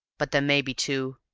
but there may be two.